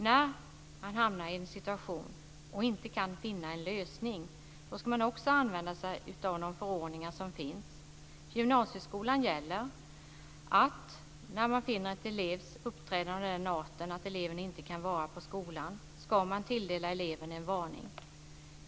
När man hamnar i en situation där det inte går att finna en lösning, ska man också använda sig av de förordningar som finns. För gymnasieskolan gäller att när man finner att en elevs uppträdande är av den arten att eleven inte kan vara på skolan ska man tilldela eleven en varning.